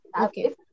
Okay